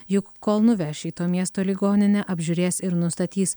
juk kol nuveš į to miesto ligoninę apžiūrės ir nustatys